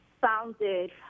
founded